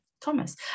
Thomas